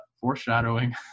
foreshadowing